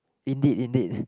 indeed indeed hmm